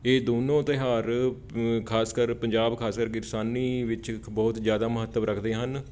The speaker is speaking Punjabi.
ਇਹ ਦੋਨੋਂ ਤਿਉਹਾਰ ਖ਼ਾਸ ਕਰ ਪੰਜਾਬ ਖਾਸ ਕਰਕੇ ਕਿਰਸਾਨੀ ਵਿੱਚ ਇੱਕ ਬਹੁਤ ਜ਼ਿਆਦਾ ਮਹੱਤਵ ਰੱਖਦੇ ਹਨ